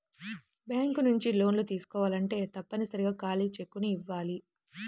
bank నుంచి లోన్లు తీసుకోవాలంటే తప్పనిసరిగా ఖాళీ చెక్కుని ఇయ్యాలి